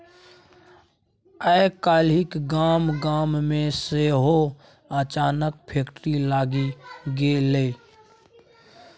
आय काल्हि गाम गाम मे सेहो अनाजक फैक्ट्री लागि गेलै